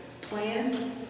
plan